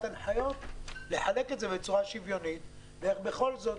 הנחיות לחלק את זה בצורה שוויונית ואיך בכל זאת,